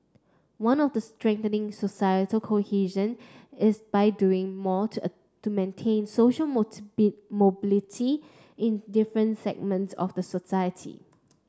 one of the strengthening societal cohesion is by doing more to to maintain social mobility in different segments of the society